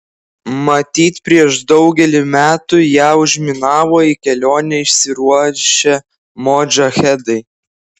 matyt prieš daugelį metų ją užminavo į kelionę išsiruošę modžahedai